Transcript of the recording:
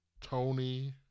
Tony